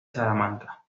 salamanca